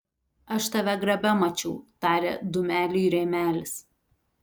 aš tave grabe mačiau tarė dūmeliui rėmelis